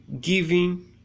giving